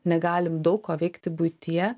negalim daug ko veikti buityje